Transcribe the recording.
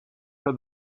for